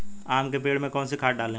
आम के पेड़ में कौन सी खाद डालें?